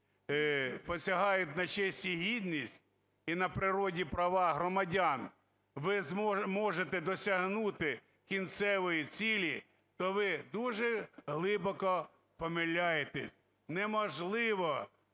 посягають на честь і гідність, і на природні права громадян, ви можете досягнути кінцевої цілі, то ви дуже глибоко помиляєтеся. Неможливо